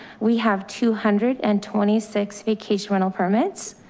we have two hundred and twenty six vacation rental permits.